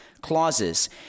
clauses